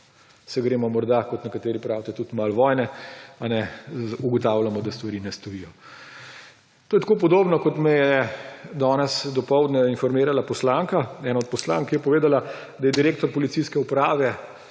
se gremo morda, kot nekateri pravite, tudi malo vojne, ugotavljamo, da stvari ne stojijo. To je podobno, kot me je danes dopoldne informirala ena od poslank, ki je povedala, da je direktor policijske uprave,